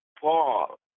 Paul